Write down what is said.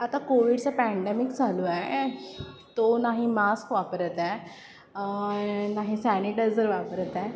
आता कोविडचं पँडमिक चालू आहे तो नाही मास्क वापरत आहे नाही सॅनिटायझर वापरत आहे